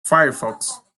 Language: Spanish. firefox